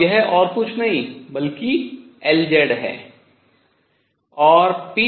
और यह और कुछ नहीं बल्कि Lz है